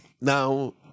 Now